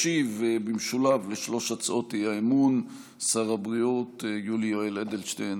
ישיב במשולב על שלוש הצעות האי-אמון שר הבריאות יולי יואל אדלשטיין,